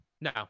No